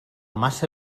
massa